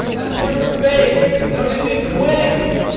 scored some fakes! now, we just need some wigs!